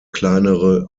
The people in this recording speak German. kleinere